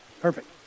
Perfect